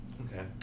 Okay